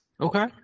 okay